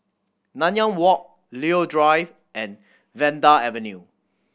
Nanyang Walk Leo Drive and Vanda Avenue